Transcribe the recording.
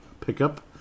pickup